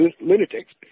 lunatics